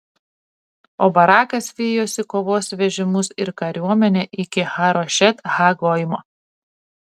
o barakas vijosi kovos vežimus ir kariuomenę iki harošet ha goimo